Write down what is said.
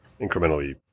incrementally